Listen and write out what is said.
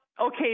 okay